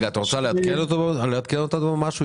את רוצה לעדכן אותנו במשהו?